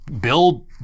build